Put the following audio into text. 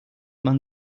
man